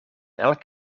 elk